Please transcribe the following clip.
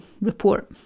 report